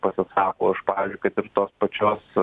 pasisako už pavyzdžiui kad ir tos pačios